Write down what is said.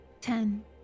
Ten